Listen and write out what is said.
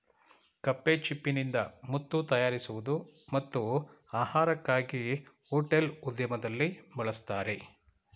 ಕಪ್ಪೆಚಿಪ್ಪಿನಿಂದ ಮುತ್ತು ತಯಾರಿಸುವುದು ಮತ್ತು ಆಹಾರಕ್ಕಾಗಿ ಹೋಟೆಲ್ ಉದ್ಯಮದಲ್ಲಿ ಬಳಸ್ತರೆ